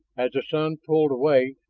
as the sun pulled away,